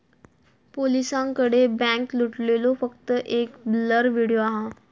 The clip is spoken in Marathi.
पोलिसांकडे बॅन्क लुटलेलो फक्त एक ब्लर व्हिडिओ हा